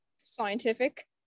scientific